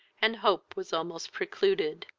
and hope was almost precluded.